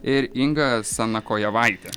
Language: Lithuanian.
ir inga sanakojevaitė